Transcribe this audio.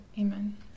Amen